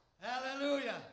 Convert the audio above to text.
Hallelujah